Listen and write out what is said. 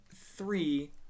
three